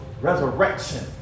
resurrection